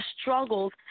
struggles